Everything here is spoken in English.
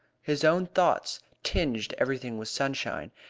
his own thoughts tinged everything with sunshine,